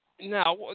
now